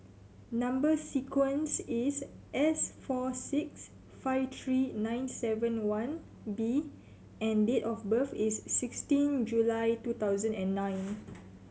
number sequence is S four six five three nine seven one B and date of birth is sixteen July two thousand and nine